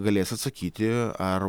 galės atsakyti ar